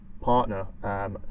partner